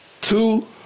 Two